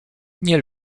nie